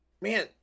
man